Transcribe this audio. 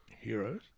heroes